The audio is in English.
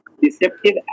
Deceptive